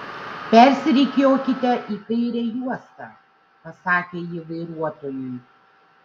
persirikiuokite į kairę juostą pasakė ji vairuotojui